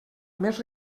més